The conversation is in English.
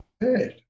Good